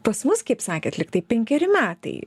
pas mus kaip sakėt lygtai penkeri metai